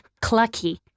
Clucky